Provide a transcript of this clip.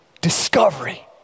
discovery